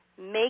make